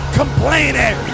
complaining